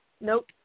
Nope